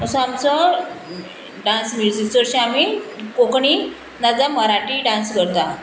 असो आमचो dance music चडशें आमी कोंकणी नाजाल्या मराठी डांस करता